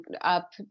up